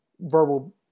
verbal